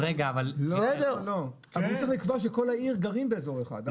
אבל הוא צריך לקבוע שכל העיר גרים באזור אחד.